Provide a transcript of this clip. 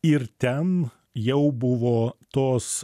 ir ten jau buvo tos